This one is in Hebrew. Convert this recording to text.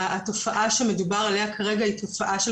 התופעה שמדובר עליה כרגע היא תופעה של